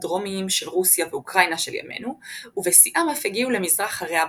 הדרומיים של רוסיה ואוקראינה של ימינו ובשיאם אף הגיעו למזרח הרי הבלקן.